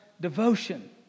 devotion